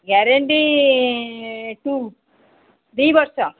guarantee two ଦୁଇ ବର୍ଷ